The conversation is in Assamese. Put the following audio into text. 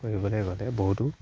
কৰিবলৈ গ'লে বহুতো